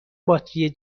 باتری